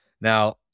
Now